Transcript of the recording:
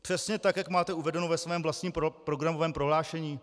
Přesně tak, jak máte uvedeno ve svém vlastním programovém prohlášení?